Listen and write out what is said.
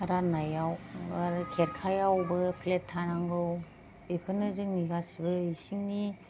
राननायाव आरो खेरखायावबो फ्लेट थानांगौ बेफोरनो जोंनि गासिबो इसिंनि